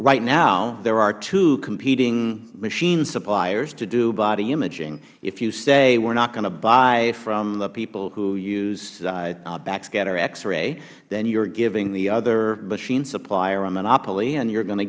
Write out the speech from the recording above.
right now there are two competing machine suppliers to do body imaging if you say we are not going to buy from a people who use backscatter x ray then you are giving the other machine supplier a monopoly and you are go